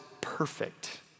perfect